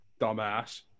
dumbass